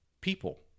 people